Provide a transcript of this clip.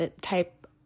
type